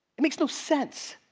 it makes no sense.